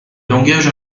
langages